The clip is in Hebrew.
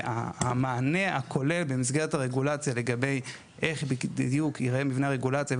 המענה הכולל במסגרת הרגולציה לגבי איך בדיוק ייראה מבנה הרגולציה,